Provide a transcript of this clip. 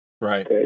Right